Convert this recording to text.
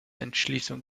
entschließung